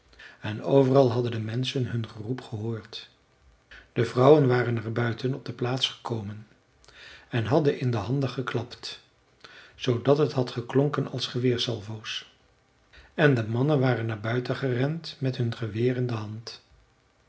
en overal hadden de menschen hun geroep gehoord de vrouwen waren naar buiten op de plaats gekomen en hadden in de handen geklapt zoodat het had geklonken als geweersalvo's en de mannen waren naar buiten gerend met hun geweer in de hand